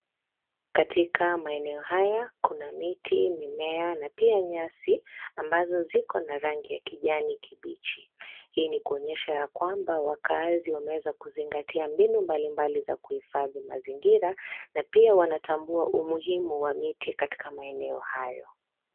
Katika maeneo haya, kuna miti, mimea, na pia nyasi, ambazo ziko na rangi ya kijani kibichi. Hii ni kuonyesha ya kwamba wakaazi wameweza kuzingatia mbinu mbalimbali za kuhifadhi mazingira, na pia wanatambua umuhimu wa miti katika maeneo hayo.